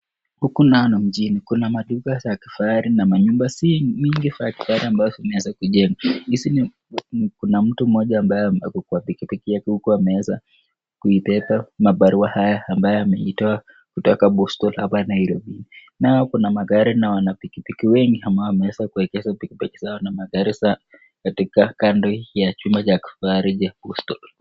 Huku nalo mjini, kuna maduka za kifahari na manyumba si mingi ambazo zimeanza kujengwa. Hizi kuna mtu mmoja ambaye ako kwa pikipiki yake huku ameweza kuibeba mabaruwa haya ambayo ameiitoa kutoka Boston hapa Nairobi. Na kuna magari na wanapikipiki wengi ambao wameweza kuwekesha pikipiki zao na magari zao katika kando ya jumba ya kifahari ya postal .